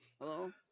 Hello